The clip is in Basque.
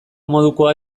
modukoa